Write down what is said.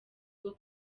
rwo